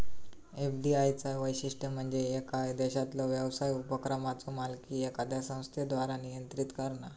FDI चा वैशिष्ट्य म्हणजे येका देशातलो व्यवसाय उपक्रमाचो मालकी एखाद्या संस्थेद्वारा नियंत्रित करणा